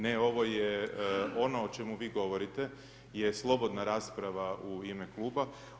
Ne ovo je ono o čemu vi govorite je slobodna rasprava u ime kluba.